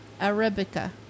Arabica